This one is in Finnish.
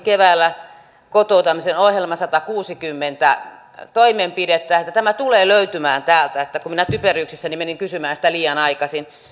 keväällä julkaistu kotouttamisen ohjelmansa ongelmista ratkaisuihin satakuusikymmentä toimenpidettä tulee löytymään täältä kun minä typeryyksissäni menin kysymään sitä liian aikaisin